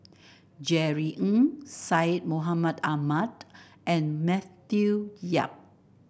Jerry Ng Syed Mohamed Ahmed and Matthew Yap